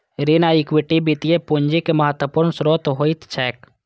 ऋण आ इक्विटी वित्तीय पूंजीक महत्वपूर्ण स्रोत होइत छैक